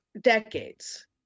decades